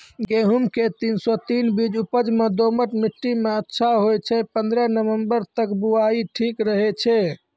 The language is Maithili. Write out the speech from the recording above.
गेहूँम के तीन सौ तीन बीज उपज मे दोमट मिट्टी मे अच्छा होय छै, पन्द्रह नवंबर तक बुआई ठीक रहै छै